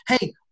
Hey